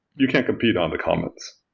you can't compete on the commons,